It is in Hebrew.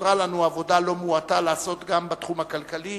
נותרה לנו עבודה לא מועטה לעשות גם בתחום הכלכלי